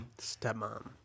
Stepmom